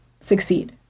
succeed